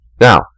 Now